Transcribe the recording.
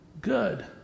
Good